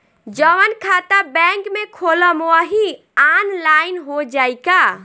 जवन खाता बैंक में खोलम वही आनलाइन हो जाई का?